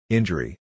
Injury